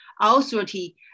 authority